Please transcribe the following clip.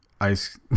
Ice